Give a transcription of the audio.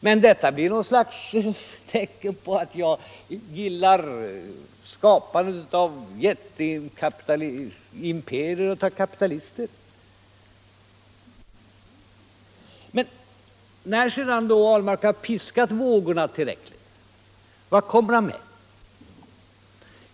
Men detta blir något slags tecken på att jag gillar skapandet av imperier av kapitalister. Sedan herr Ahlmark har piskat vågorna tillräckligt, vad kommer han med?